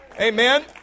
Amen